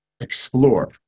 explore